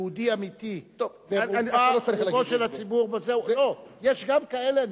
יש גם כאלה, אני אומר.